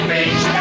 Beach